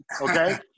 Okay